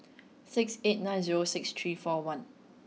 six eight nine zero six three four one